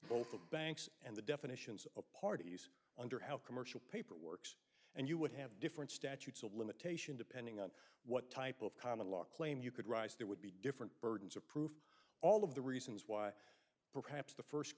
both the banks and the definitions of parties under how commercial paper works and you would have different statutes of limitation depending on what type of common law claim you could rise there would be different burdens of proof all of the reasons why perhaps the first